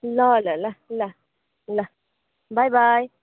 ल ल ल ल ल बाई बाई